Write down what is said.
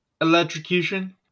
electrocution